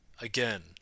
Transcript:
again